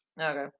Okay